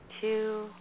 two